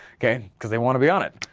okay, because they wanna be on it,